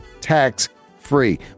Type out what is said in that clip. tax-free